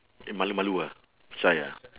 eh malu malu ah shy ah